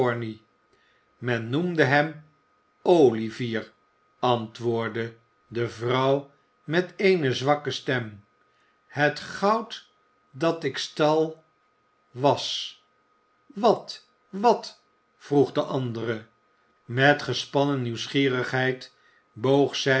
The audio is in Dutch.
men noemde hem olivier antwoordde de vrouw met eene zwakke stem het goud dat ik stal was wat wat vroeg de andere met gespannen nieuwsgierigheid boog zij